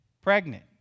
pregnant